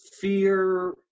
fear